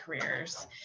careers